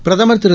பிரதமர் திரு